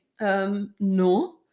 No